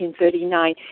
1939